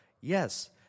Yes